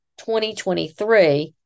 2023